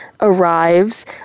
arrives